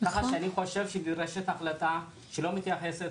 ככה שאני חושב שנדרשת החלטה שלא מתייחסת,